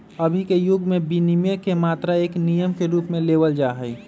अभी के युग में विनियमन के मात्र एक नियम के रूप में लेवल जाहई